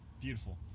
Beautiful